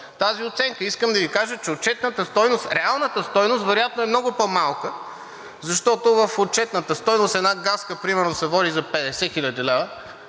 тази оценка. Искам да Ви кажа, че реалната стойност вероятно е много по-малка, защото в отчетната стойност една газка примерно се води за 50 000 лв.,